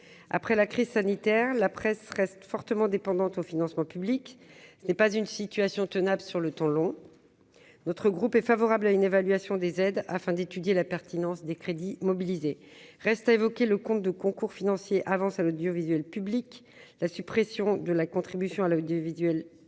après la crise sanitaire, la presse reste fortement dépendante au financement public, ce n'est pas une situation tenable sur le temps long, notre groupe est favorable à une évaluation des aides afin d'étudier la pertinence des crédits mobilisés reste à évoquer le compte de concours financiers avances à l'audiovisuel public, la suppression de la contribution à l'audiovisuel public